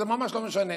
זה ממש לא משנה.